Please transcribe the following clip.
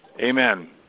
Amen